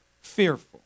fearful